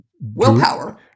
Willpower